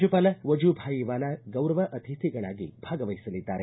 ರಾಜ್ಯಪಾಲ ವಜುಭಾಯ್ ವಾಲಾ ಗೌರವ ಅತಿಥಿಗಳಾಗಿ ಭಾಗವಹಿಸಲಿದ್ದಾರೆ